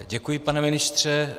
Děkuji, pane ministře.